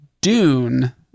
Dune